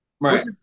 Right